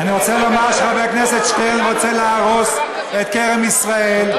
אני רוצה לומר שחבר הכנסת שטרן רוצה להרוס את כרם ישראל,